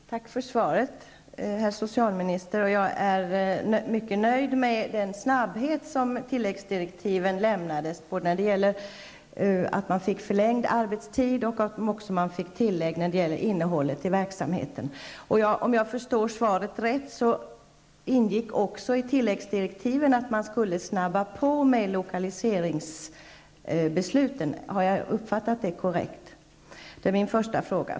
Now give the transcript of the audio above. Herr talman! Tack för svaret, herr socialminister. Jag är mycket nöjd med att tilläggsdirektiven lämnades så snabbt, att organisationskommittén fick förlängd arbetstid och att man också fick tilläggsdirektiv i fråga om innehållet i folkhälsoinstitutet verksamhet. Om jag förstår svaret rätt ingick också i tilläggsdirektiven att man skulle snabba på med lokaliseringsbesluten. Har jag uppfattat det korrekt? Det är min första fråga.